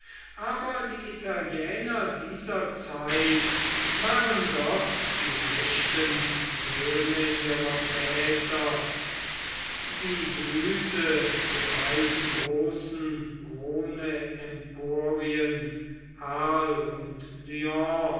aber die italiener dieser zeit waren doch die rechten söhne ihrer väter die blüte der beiden großen rhoneemporien arles und